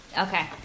Okay